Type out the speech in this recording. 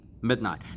midnight